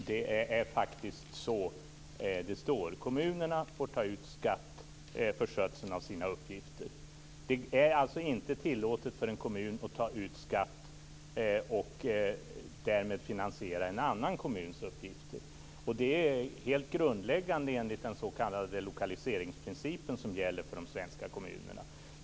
Fru talman! Det står att kommunerna får ta ut skatt för skötseln av sina uppgifter. Det är inte tillåtet för en kommun att ta ut skatt och därmed finansiera en annan kommuns uppgifter. Det är helt grundläggande enligt den s.k. lokaliseringsprincipen som gäller för de svenska kommunerna.